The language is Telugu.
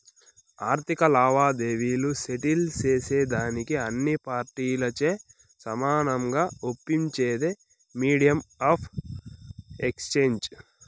ఆర్థిక లావాదేవీలు సెటిల్ సేసేదానికి అన్ని పార్టీలచే సమానంగా ఒప్పించేదే మీడియం ఆఫ్ ఎక్స్చేంజ్